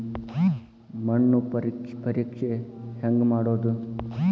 ಮಣ್ಣು ಪರೇಕ್ಷೆ ಹೆಂಗ್ ಮಾಡೋದು?